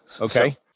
okay